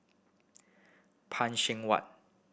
Phan Seng Whatt